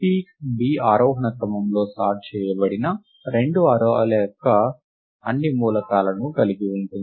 peak b ఆరోహణ క్రమంలో sort చేయబడిన రెండు అర్రే ల యొక్క అన్ని మూలకాలను కలిగి ఉంటుంది